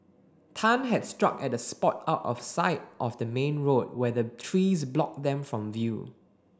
Tan had struck at a spot out of sight of the main road where the trees blocked them from view